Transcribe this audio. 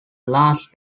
last